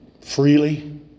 Freely